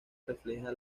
refleja